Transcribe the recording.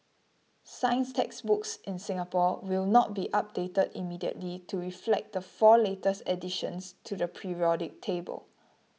science textbooks in Singapore will not be updated immediately to reflect the four latest additions to the periodic table